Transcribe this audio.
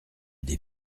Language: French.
des